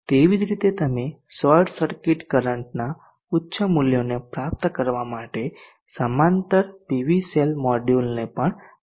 તેવી જ રીતે તમે શોર્ટ સર્કિટ કરંટના ઉચ્ચ મૂલ્યોને પ્રાપ્ત કરવા માટે સમાંતર પીવી સેલ મોડ્યુલોને પણ કનેક્ટ કરી શકો છો